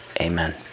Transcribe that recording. Amen